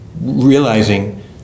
realizing